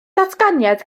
datganiad